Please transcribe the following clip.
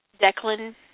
Declan